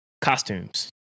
costumes